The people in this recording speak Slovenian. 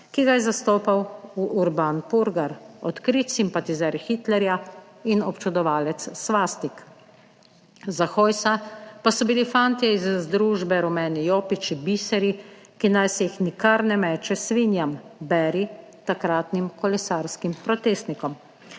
ki ga je zastopal Urban Purgar, odkrit simpatizer Hitlerja in občudovalec svastik. Za Hojsa pa so bili fantje iz družbe rumeni jopiči biseri, ki naj se jih nikar ne meče svinjam, beri, takratnim kolesarskim protestnikom.